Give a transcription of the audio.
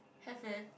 have leh